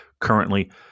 currently